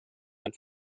ein